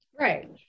right